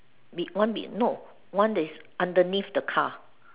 big one big no one that is underneath the car